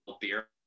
beer